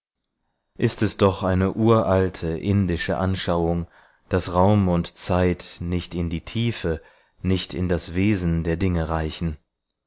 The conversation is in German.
ist es doch eine uralte indische anschauung daß raum und zeit nicht in die tiefe nicht in das wesen der dinge reichen